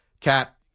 cap